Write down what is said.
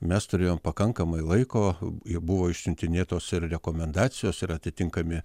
mes turėjom pakankamai laiko jau buvo išsiuntinėtos ir rekomendacijos ir atitinkami